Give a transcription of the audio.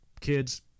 kids